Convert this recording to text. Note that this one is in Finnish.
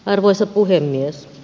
arvoisa puhemies